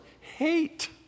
hate